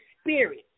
spirit